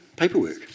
Paperwork